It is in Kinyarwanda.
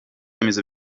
remezo